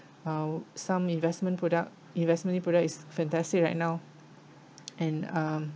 while some investment product investment-linked product is fantastic right now and um